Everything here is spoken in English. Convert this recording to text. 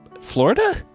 Florida